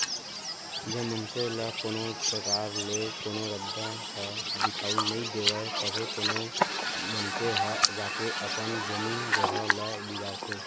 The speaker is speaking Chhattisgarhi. जब मनसे ल कोनो परकार ले कोनो रद्दा ह दिखाउल नइ देवय तभे कोनो मनसे ह जाके अपन जमीन जघा ल बिगाड़थे